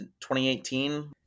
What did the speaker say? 2018